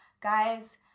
Guys